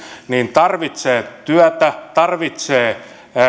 tarvitsee työtä tarvitsee